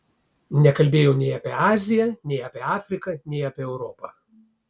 nekalbėjau nei apie aziją nei apie afriką nei apie europą